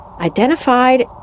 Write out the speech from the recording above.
identified